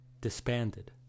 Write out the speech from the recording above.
disbanded